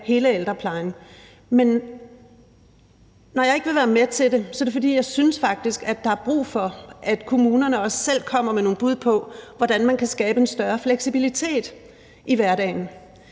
hele ældreplejen. Men når jeg ikke vil være med til det, er det, fordi jeg faktisk synes, at der er brug for, at kommunerne også selv kommer med nogle bud på, hvordan man kan skabe en større fleksibilitet i hverdagen.